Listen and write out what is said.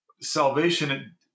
Salvation